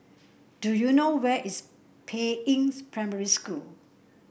do you know where is Peiying Primary School